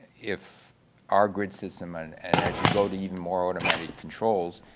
if our grid system, and and as you go to even more automatic controls,